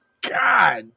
God